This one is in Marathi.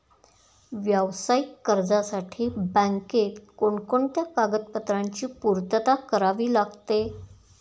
व्यावसायिक कर्जासाठी बँकेत कोणकोणत्या कागदपत्रांची पूर्तता करावी लागते?